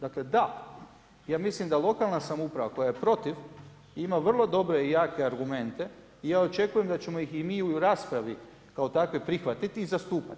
Dakle da, ja mislim da lokalna samouprava koja je protiv ima vrlo dobre i jake argumente i ja očekujem da ćemo ih mi i u raspravi kao takve prihvatiti i zastupati.